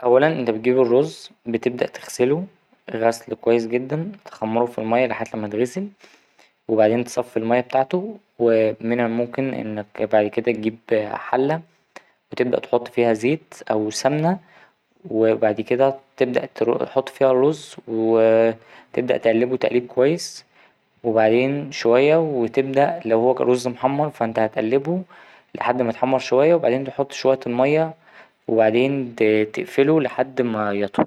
أولا أنت بتجيب الرز بتبدأ تغسله غسل كويس جدا تخمره في المايه لحد ما يتغسل وبعدين تصفي المايه بتاعته ومن الممكن انك بعد كده تجيب حلة وتبدأ تحط فيها زيت أو سمنه وبعد كده تبدأ تحط فيها رز وتبدأ تقلبه تقليب كويس وبعدين شوية وتبدأ لو هو رز محمر فا أنت هتقلبه لحد ما يتحمر شوية وبعدين تحط شوية المايه وبعدين تقفله لحد ما يطهو.